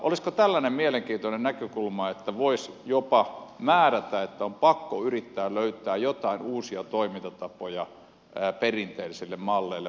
olisiko tällainen mielenkiintoinen näkökulma että voisi jopa määrätä että on pakko yrittää löytää joitain uusia toimintatapoja perinteisille malleille vaikka jopa tällaisilla säännöksillä kuten usassa on tehty